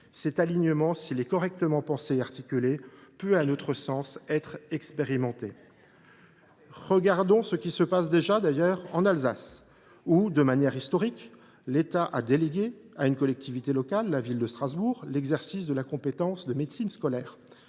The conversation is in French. Cet alignement, s’il est correctement pensé et articulé, peut à notre sens être expérimenté. Très bien ! Excellent ! Observons ce qui se passe déjà en Alsace, où, de manière historique, l’État a délégué à une collectivité locale, à savoir la Ville de Strasbourg, l’exercice de la compétence de médecine scolaire,